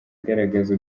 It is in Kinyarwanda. agaragaza